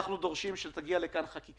אנחנו דורשים שתגיע לכאן חקיקה,